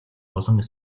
болон